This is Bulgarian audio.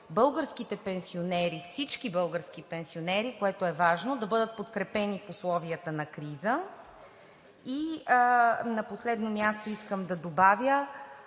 българските пенсионери – всички български пенсионери, което е важно, да бъдат подкрепени в условията на криза. На последно място, искам да добавя